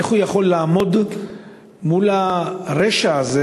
איך הוא יכול לעמוד מול הרשע הזה,